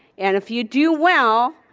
and if you do well,